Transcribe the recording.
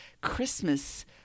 Christmas